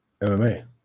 MMA